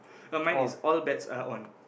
uh mine is all bets are on